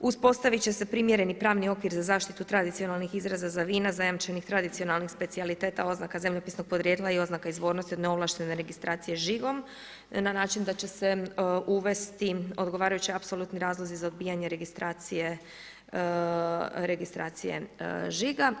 Uspostavit će se primjereni pravni okvir za zaštitu tradicionalnih izraza za vina, zajamčenih tradicionalnih specijaliteta oznaka zemljopisnog podrijetla i oznaka izvornosti od neovlaštene registracije žigom na način da će se uvesti odgovarajući apsolutni razlozi za odbijanje registracije žiga.